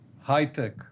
high-tech